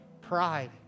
pride